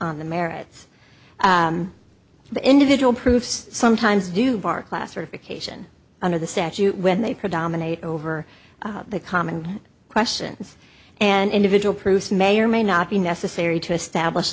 on the merits of the individual proofs sometimes do bar classification under the statute when they predominate over the common questions and individual proof may or may not be necessary to establish